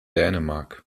dänemark